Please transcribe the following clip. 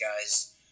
guys